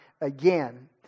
again